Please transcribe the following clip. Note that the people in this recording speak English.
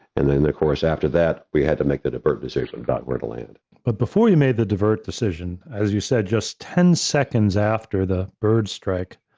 and then of course, after that, we had to make the divert decision about where to land. but before you made the divert decision, as you said, just ten seconds after the bird strike,